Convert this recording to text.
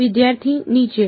વિદ્યાર્થી નીચે